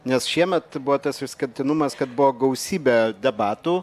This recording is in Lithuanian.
nes šiemet buvo tas išskirtinumas kad buvo gausybė debatų